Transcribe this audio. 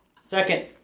Second